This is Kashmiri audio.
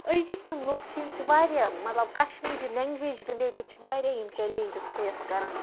أزِک یِم لُکھ چھِ یِم چھِ واریاہ کشمیٖری لینٛگویج رِلیٹِڈ چھِ واریاہ یِم چیلینٛجِز فیس کَران